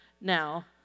Now